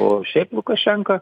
o šiaip lukašenka